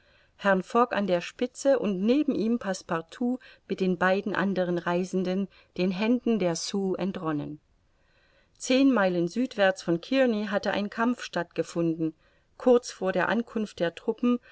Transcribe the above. herrn fogg an der spitze und neben ihm passepartout mit den beiden anderen reisenden den händen der sioux entronnen zehn meilen südwärts von kearney hatte ein kampf stattgefunden kurz vor der ankunft der truppen